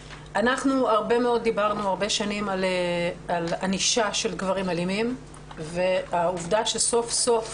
הרבה שנים דברנו על ענישה של גברים אלימים והעובדה שסוף סוף